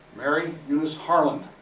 mary eunice harlan.